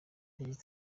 yagize